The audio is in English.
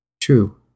True